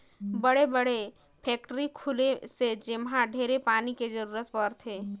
बड़े बड़े फेकटरी खुली से जेम्हा ढेरे पानी के जरूरत परथे